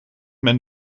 men